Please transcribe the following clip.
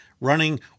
running